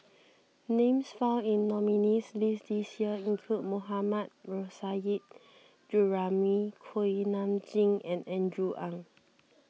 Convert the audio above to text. names found in nominees' list this year include Mohammad Nurrasyid Juraimi Kuak Nam Jin and Andrew Ang